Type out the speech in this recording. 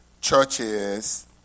churches